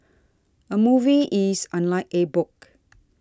a movie is unlike a book